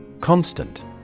Constant